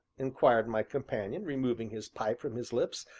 inquired my companion, removing his pipe from his lips,